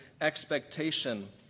expectation